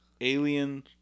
Alien